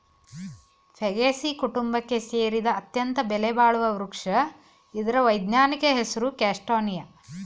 Fagaceae ಕುಟುಂಬಕ್ಕೆ ಸೇರಿದ ಅತ್ಯಂತ ಬೆಲೆಬಾಳುವ ವೃಕ್ಷ ಇದ್ರ ವೈಜ್ಞಾನಿಕ ಹೆಸರು ಕ್ಯಾಸ್ಟಾನಿಯ